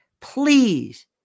please